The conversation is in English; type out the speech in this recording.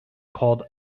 called